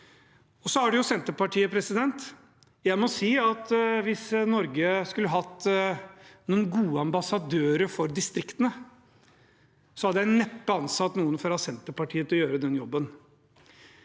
Så har man Senterpartiet. Jeg må si at hvis Norge skulle hatt noen gode ambassadører for distriktene, hadde jeg neppe ansatt noen fra Senterpartiet til å gjøre den jobben.